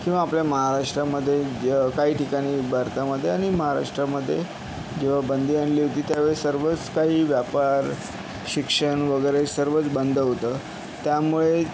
किंवा आपल्या महाराष्ट्रामध्ये ज काही ठिकाणी भारतामध्ये आणि महाराष्ट्रामध्ये जेव्हा बंदी आणली होती त्यावेळी सर्वच काही व्यापार शिक्षण वगैरे सर्वच बंद होतं त्यामुळे